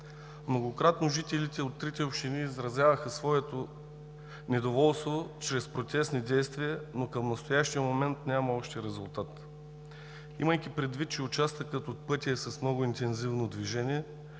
Многократно жителите от трите общини изразяваха своето недоволство чрез протестни действия, но към настоящия момент няма още резултат. Имайки предвид, че участъкът от пътя е с много интензивно движение